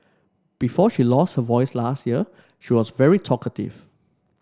before she lost her voice last year she was very talkative